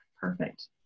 perfect